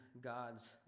God's